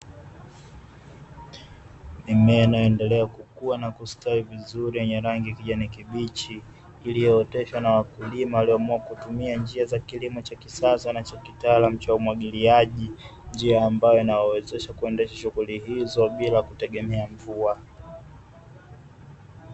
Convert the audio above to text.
Mimea inayoendelea kukua na kustawi vizuri yenye rangi kijana kibichi, iliyooteshwa na wakulima walioamua kutumia njia za kilimo cha kisasa na cha kitaalamu cha umwagiliaji njia ambayo inawawezesha kuendesha shughuli hizo bila kutegemea mvua.